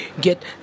get